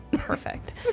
Perfect